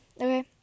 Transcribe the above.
okay